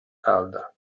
calda